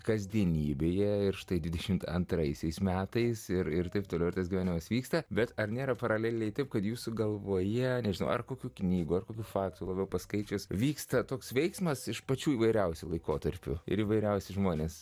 kasdienybėje ir štai dvidešimt antraisiais metais ir ir taip toliau ir tas gyvenimas vyksta bet ar nėra paraleliai taip kad jūsų galvoje nežinau ar kokių knygų ar kokių faktų labiau paskaičius vyksta toks veiksmas iš pačių įvairiausių laikotarpių ir įvairiausi žmonės